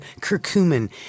curcumin